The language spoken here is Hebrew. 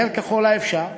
מהר ככל האפשר,